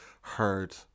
heard